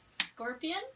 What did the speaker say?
Scorpion